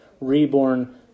reborn